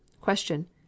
Question